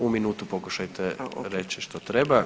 U minutu pokušajte reći što treba.